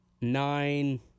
Nine